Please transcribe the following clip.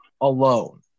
alone